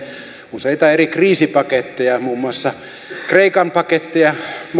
useita eri kriisipaketteja muun muassa kreikan paketteja